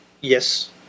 yes